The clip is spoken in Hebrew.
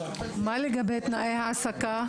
מה לגבי תנאי העסקה?